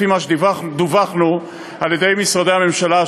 לפי מה שדווחנו על-ידי משרדי הממשלה.